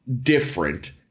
different